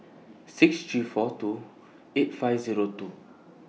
six three four two eight five Zero two